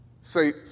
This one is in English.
Say